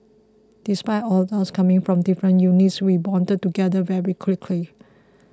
despite all of us coming from different units we bonded together very quickly